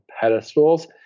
pedestals